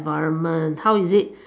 environment how is it